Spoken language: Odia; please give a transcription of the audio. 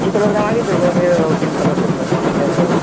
ଏଇ କଲର୍ଟା ମାଗି ଦେଉଛି କିନ୍ କଲର୍ ଠିକ୍ ହବ ଯାହା କହିବ